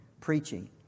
preaching